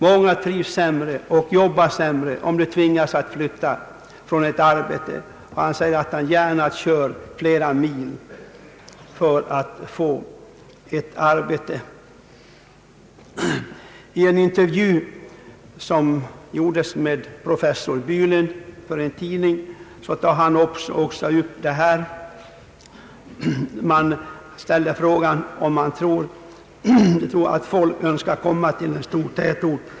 Många trivs sämre och jobbar sämre om de tvingas att flytta för att få ett arbete.» Den arbetslöse förklarar att han kör gärna flera mil för att få ett arbete. I en intervju som professor Bylund gav en tidning tar man också upp detta ämne. Man ställde frågan om han tror att folk önskar komma till en stor tätort.